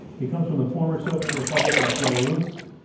he comes from the former soviet republic of belarus,